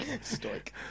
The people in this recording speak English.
Stoic